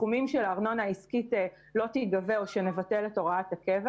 הסכומים של הארנונה העסקית לא ייגבו או שנבטל את הוראת הקבע.